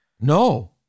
No